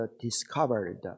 discovered